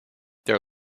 their